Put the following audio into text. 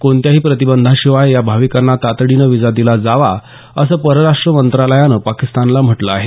कोणत्याही प्रतिबंधांशिवाय या भाविकांना तातडीनं विजा दिला जावा असं परराष्ट्र मंत्रालयानं पाकिस्तानला म्हटलं आहे